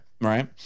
right